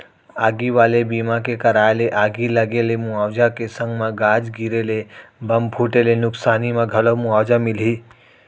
आगी वाले बीमा के कराय ले आगी लगे ले मुवाजा के संग म गाज गिरे ले, बम फूटे ले नुकसानी म घलौ मुवाजा मिलही